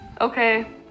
okay